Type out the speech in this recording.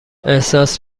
احساس